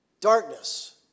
darkness